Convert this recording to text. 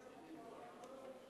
הצעת חוק הבלו על הדלק (תיקון, הגבלת מיסוי),